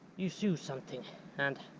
you sew something and